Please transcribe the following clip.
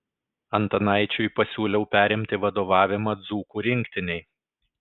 antanaičiui pasiūliau perimti vadovavimą dzūkų rinktinei